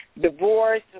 divorce